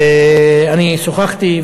שוחחתי,